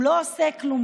הוא לא עושה כלום,